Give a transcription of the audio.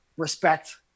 respect